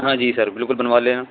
ہاں جی سر بالکل بنوا لینا